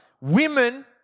women